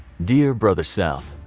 dear brother south,